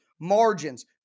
Margins